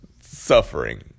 Suffering